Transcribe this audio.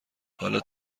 حالا